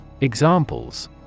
Examples